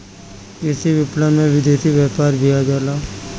कृषि विपणन में विदेशी व्यापार भी आ जाला